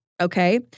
Okay